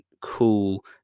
cool